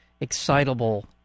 excitable